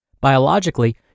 Biologically